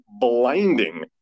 blinding